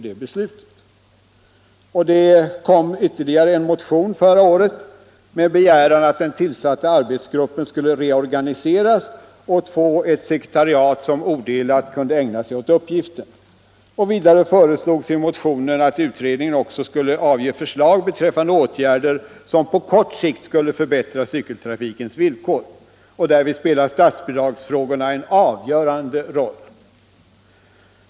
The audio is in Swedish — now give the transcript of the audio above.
Det kom därför ytterligare en motion förra året med begäran att den tillsatta arbetsgruppen skulle reorganiseras och få ett sekretariat som odelat kunde ägna sig åt uppgiften. Vidare föreslogs i motionen att utredningen skulle avge förslag beträffande åtgärder som på kort sikt skulle förbättra cykeltrafikens villkor. Därvid spelar statsbidragsfrågorna en avgörande roll.